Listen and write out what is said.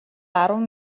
арван